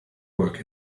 work